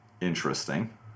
Interesting